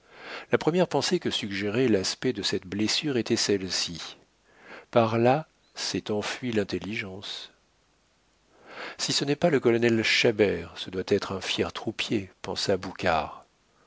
la première pensée que suggérait l'aspect de cette blessure était celle-ci par là s'est enfuie l'intelligence si ce n'est pas le colonel chabert ce doit être un fier troupier pensa